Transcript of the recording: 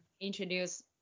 introduce